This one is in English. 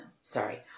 Sorry